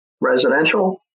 residential